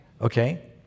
Okay